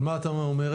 הרב המוסמך,